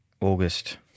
August